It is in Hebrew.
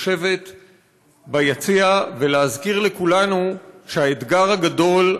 לשבת ביציע ולהזכיר לכולנו שהאתגר הגדול,